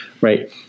right